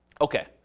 Okay